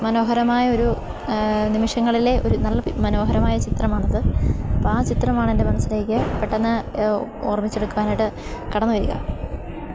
മനോഹരമായൊരു നിമിഷങ്ങളിലെ നല്ല മനോഹരമായ ചിത്രമാണത് അപ്പോള് ആ ചിത്രമാണെൻറ്റെ മനസിലേക്ക് പെട്ടെന്ന് ഓർമ്മിച്ചെടുക്കാനായിട്ട് കടന്നുവരിക